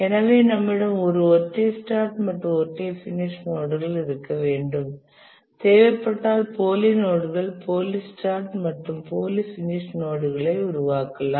எனவே நம்மிடம் ஒரு ஒற்றை ஸ்டார்ட் மற்றும் ஒற்றை பினிஷ் நோட் இருக்க வேண்டும் தேவைப்பட்டால் போலி நோட்கள் போலி ஸ்டார்ட் மற்றும் பினிஷ் நோட்களை உருவாக்கலாம்